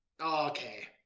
Okay